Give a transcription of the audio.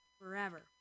Forever